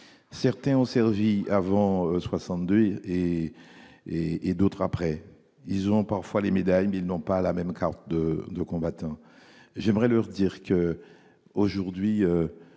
certains ont servi avant 1962 et d'autres après. S'ils ont parfois des médailles, ils n'ont pas la même carte du combattant. J'aimerais leur dire que, aujourd'hui,